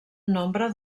nombre